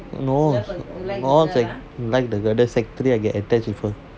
no like the girl then sec~ three I get attached with her